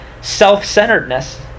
self-centeredness